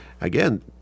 Again